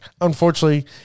Unfortunately